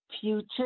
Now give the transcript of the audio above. Future